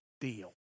deal